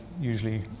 Usually